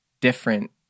different